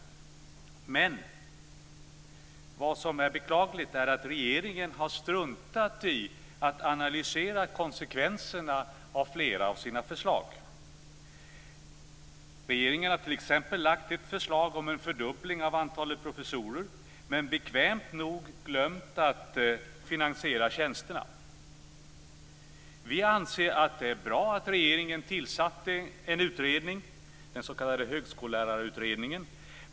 Vad som är beklagligt är att regeringen har struntat i att analysera konsekvenserna av flera av sina förslag. Regeringen har t.ex. lagt fram ett förslag om en fördubbling av antalet professorer men bekvämt nog glömt att finansiera tjänsterna. Vi anser att det var bra att regeringen tillsatte en utredning, den s.k. Högskollärarutredningen.